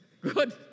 Good